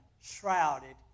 shrouded